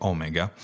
Omega